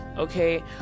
okay